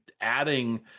adding